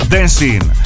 Dancing